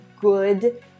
good